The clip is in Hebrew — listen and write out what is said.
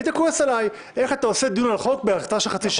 היית כועס עליי ואומר איך אתה עושה דיון על חוק בהתרעה של חצי שעה.